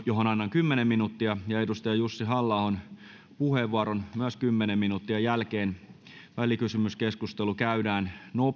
johon annan kymmenen minuuttia ja jussi halla ahon puheenvuoron myös kymmenen minuuttia jälkeen välikysymyskeskustelu käydään